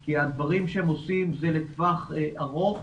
כי הדברים שהם עושים זה לטווח ארוך